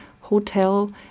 Hotel